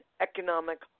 economic